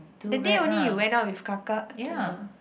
that day only you went out with kakak to